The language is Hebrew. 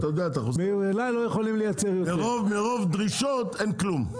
מרוב דרישות אין כלום.